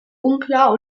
unklar